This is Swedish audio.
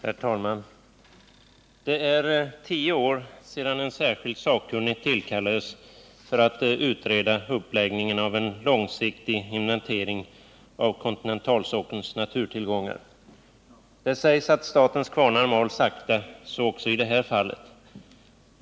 Herr talman! Det är tio år sedan en särskild sakkunnig tillkallades för att utreda uppläggningen av en långsiktig inventering av kontinentalsockelns naturtillgångar. Det sägs att statens kvarnar mal sakta — det gör de också i det här fallet.